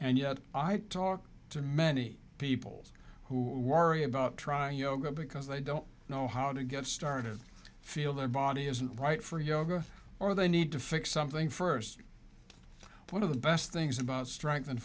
and yet i talk to many people who worry about trying yoga because they don't know how to get started and feel their body isn't right for yoga or they need to fix something first one of the best things about strength